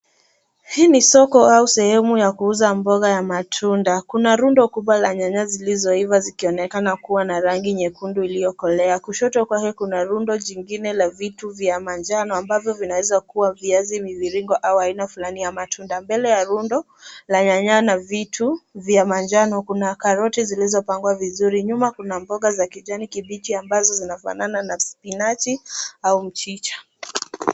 Hii ni soko au sehemu ya kuuza mboga ya matunda. Kuna rundo kubwa la nyanya zilizoiva zikionekana kuwa na rangi nyekundu iliyokolea. Kushoto kwake kuna rundo jingine la vitu vya manjano ambavyo vinaweza kuwa viazi miviringo au aina fulani ya matunda. Mbele ya rundo la nyanya na vitu vya manjano kuna karoti zilizopangwa vizuri. Nyuma kuna mboga za kijani kibichi ambazo zinafanana na spinachi au mchicha.